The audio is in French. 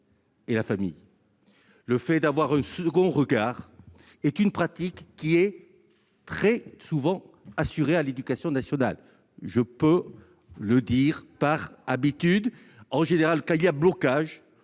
et la famille. Le fait d'avoir un second regard est une pratique qui est très fréquente à l'éducation nationale ; je peux en témoigner. En général, quand il y a blocage,